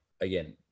again